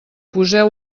poseu